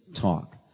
talk